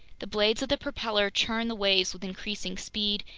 the blades of the propeller churned the waves with increasing speed,